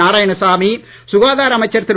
நாராயணசாமி சுகாதார அமைச்சர் திரு